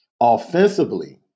Offensively